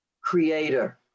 creator